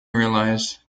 realize